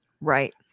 right